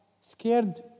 scared